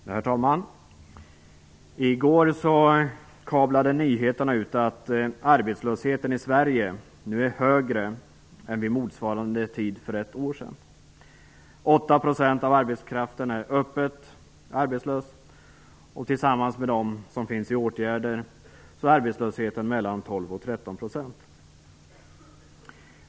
Herr talman! I går kablades nyheten ut att arbetslösheten i Sverige nu är högre än vid motsvarande tid för ett år sedan. Av arbetskraften är 8 % öppet arbetslös, och tillsammans med dem som finns i åtgärder är arbetslösheten mellan 12 och 13 %.